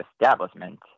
establishment